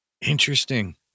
Interesting